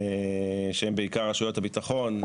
והן בעיקר רשויות הביטחון,